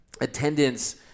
attendance –